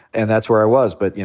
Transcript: and that's where i was. but, you